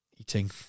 eating